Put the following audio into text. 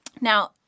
now